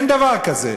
אין דבר כזה.